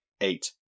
eight